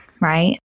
right